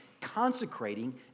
consecrating